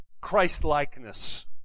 Christ-likeness